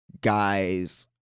guys